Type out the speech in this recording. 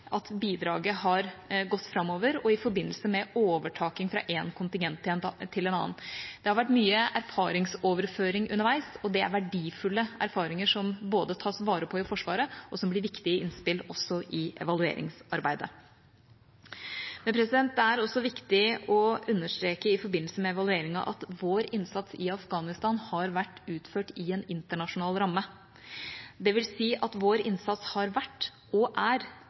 at bidraget har gått framover og i forbindelse med overtaking fra én kontingent til en annen. Det har vært mye erfaringsoverføring underveis, og det er verdifulle erfaringer, som både tas vare på i Forsvaret og blir viktige innspill i evalueringsarbeidet. Det er også viktig å understreke, i forbindelse med evalueringa, at vår innsats i Afghanistan har vært utført i en internasjonal ramme, dvs. at vår innsats har vært og er